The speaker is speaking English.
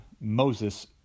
Moses